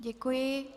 Děkuji.